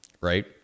right